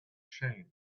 changed